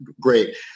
great